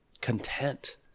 content